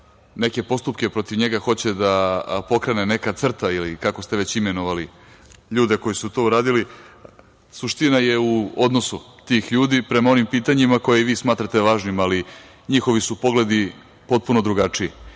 neke postupke protiv njega hoće da pokrene neka CRTA ili kako ste već imenovali ljude koji su tu radili. Suština je u odnosu tih ljudi prema onim pitanjima koje vi smatrate važnim. Njihovi su pogledi potpuno drugačiji.